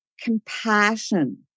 compassion